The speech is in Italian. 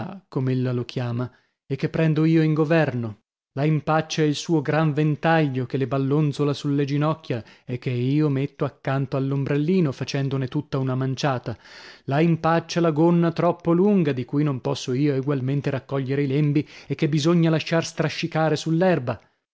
en tout cas com'ella lo chiama e che prendo io in governo la impaccia il suo gran ventaglio che le ballonzola sulle ginocchia e che io metto accanto all'ombrellino facendone tutta una manciata la impaccia la gonna troppo lunga di cui non posso io egualmente raccogliere i lembi e che bisogna lasciar strascicare